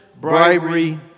bribery